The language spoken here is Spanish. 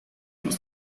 los